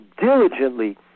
diligently